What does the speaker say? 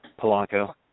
Polanco